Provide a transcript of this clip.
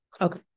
Okay